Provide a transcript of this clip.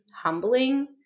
humbling